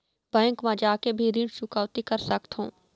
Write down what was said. Bank मा जाके भी ऋण चुकौती कर सकथों?